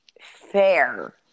fair